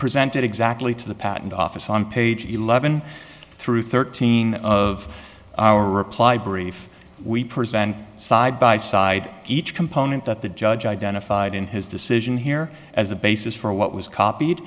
presented exactly to the patent office on page eleven through thirteen of our reply brief we present side by side each component that the judge identified in his decision here as the basis for what was copied